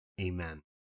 Amen